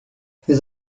fais